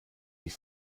die